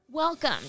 Welcome